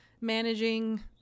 managing